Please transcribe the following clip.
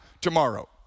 tomorrow